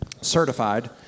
certified